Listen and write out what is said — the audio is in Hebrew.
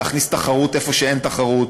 להכניס תחרות איפה שאין תחרות,